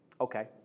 Okay